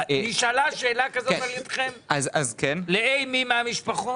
נשאלה שאלה כזאת על ידכם לאי מי מהמשפחות?